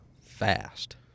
fast